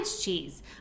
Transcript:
cheese